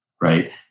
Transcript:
right